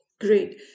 Great